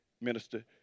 minister